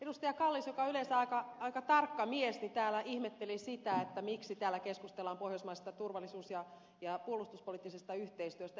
kallis joka on yleensä aika tarkka mies täällä ihmetteli sitä miksi täällä keskustellaan pohjoismaisesta turvallisuus ja puolustuspoliittisesta yhteistyöstä